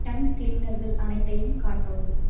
Dunk கிளீனர்கள் அனைத்தையும் காட்டவும்